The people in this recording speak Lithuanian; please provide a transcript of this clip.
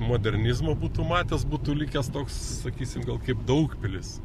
modernizmo būtų matęs būtų likęs toks sakysim gal kaip daugpilis